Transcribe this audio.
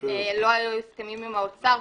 שלא היו הסכמים עם האוצר,